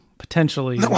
potentially